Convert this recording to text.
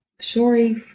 Sorry